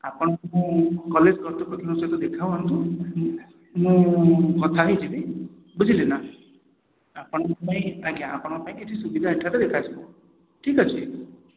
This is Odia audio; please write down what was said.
ଆପଣ କଲେଜ କର୍ତ୍ତୃପକ୍ଷଙ୍କ ସହିତ ଦେଖା ହୁଅନ୍ତୁ ମୁଁ କଥା ହେଇଯିବି ବୁଝିଲେ ନା ଆପଣଙ୍କ ପାଇଁ ଆଜ୍ଞା ଆପଣଙ୍କ ପାଇଁ କିଛି ସୁବିଧା ଏଠାରେ ରଖାଯିବ ଠିକ୍ ଅଛି